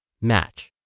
match